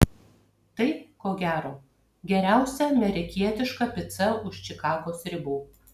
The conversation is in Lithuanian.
tai ko gero geriausia amerikietiška pica už čikagos ribų